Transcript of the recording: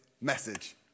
message